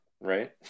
right